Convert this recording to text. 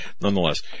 nonetheless